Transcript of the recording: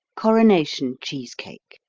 coronation cheese cake